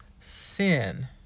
sin